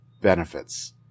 Benefits